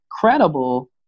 credible